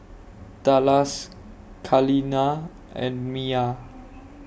Dallas Kaleena and Mia